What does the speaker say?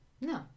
No